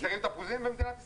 חסרים תפוזים במדינת ישראל?